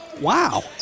wow